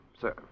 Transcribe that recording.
sir